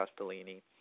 Castellini